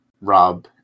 Rob